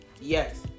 Yes